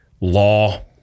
law